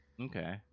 Okay